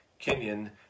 Kenyan